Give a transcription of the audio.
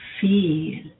feel